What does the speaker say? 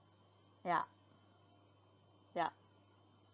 ya ya